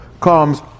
comes